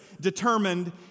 determined